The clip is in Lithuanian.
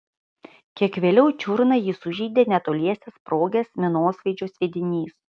kiek vėliau į čiurną jį sužeidė netoliese sprogęs minosvaidžio sviedinys